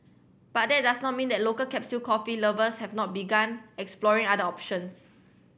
but that does not mean that local capsule coffee lovers have not begun exploring other options